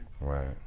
Right